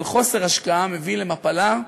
אבל חוסר השקעה מביא למפלה,